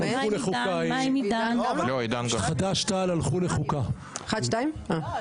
הצבעה בעד 5 נגד 9 נמנעים אין לא אושר.